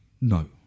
no